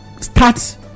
start